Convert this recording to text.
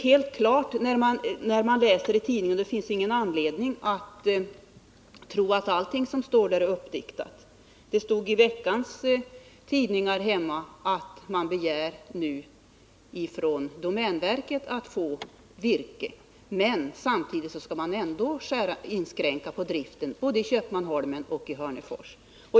Det finns ingen anledning att tro att allt som står i tidningen är uppdiktat. Det stod i veckans tidningar hemma att företaget begär att få virke från domänverket. Men samtidigt skall man ändå inskränka driften, både i Köpmanholmen och i Hörnefors.